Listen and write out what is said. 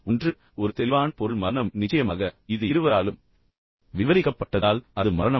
ஒன்று ஒரு தெளிவான பொருள் மரணம் நிச்சயமாக எனவே இது இருவராலும் விவரிக்கப்பட்டதால் அது மரணம்